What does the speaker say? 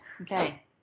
Okay